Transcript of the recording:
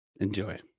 Enjoy